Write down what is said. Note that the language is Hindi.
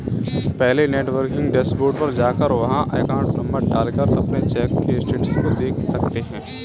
पहले नेटबैंकिंग डैशबोर्ड पर जाकर वहाँ अकाउंट नंबर डाल कर अपने चेक के स्टेटस को देख सकते है